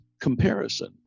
comparison